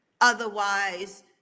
Otherwise